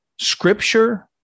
Scripture